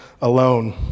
alone